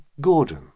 Gordon